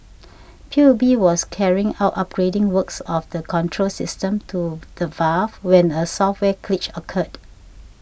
P U B was carrying out upgrading works of the control system to the valve when a software glitch occurred